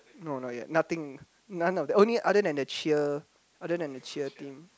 no not yet nothing none of the only other than the cheer other than cheer team